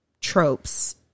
tropes